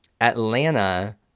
Atlanta